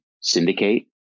syndicate